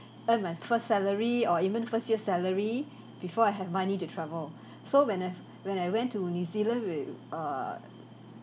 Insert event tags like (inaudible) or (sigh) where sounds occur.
and my first salary or even first year salary (breath) before I have money to travel (breath) so when I when I went to new zealand with err